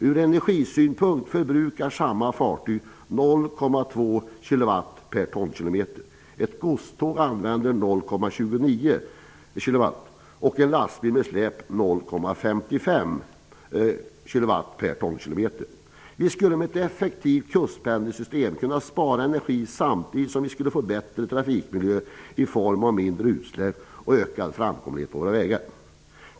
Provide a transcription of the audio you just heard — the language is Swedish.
Ur energisynpunkt förbrukar samma fartyg 0,12 kWh per tonkilometer. Ett godståg använder 0,29 kWh och en lastbil med släp 0,55 kWh per tonkilometer. Vi skulle med ett effektivt kustpendelsystem kunna spara energi samtidigt som vi skulle få bättre trafikmiljö i form av minskade utsläpp och ökad framkomlighet på våra vägar.